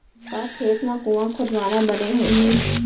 का खेत मा कुंआ खोदवाना बने होही?